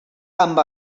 amb